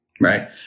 Right